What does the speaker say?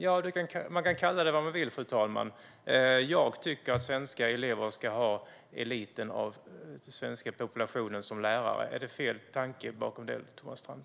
Man kan kalla det vad man vill, fru talman. Jag tycker att svenska elever ska ha eliten av svenska populationen som lärare. Är det fel tanke bakom det, Thomas Strand?